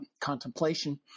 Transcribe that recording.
contemplation